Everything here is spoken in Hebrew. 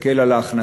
מסתכל על ההכנסות,